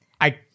I-